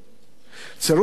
צירוף המלים האלה,